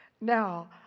Now